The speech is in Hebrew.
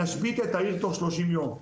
נשבית את העיר תוך 30 יום".